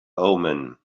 omen